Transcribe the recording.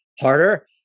harder